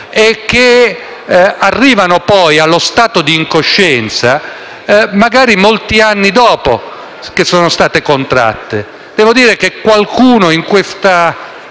e che arrivano poi allo stato di incoscienza magari molti anni dopo che sono state contratte. Devo dire che alcuni in quest'Aula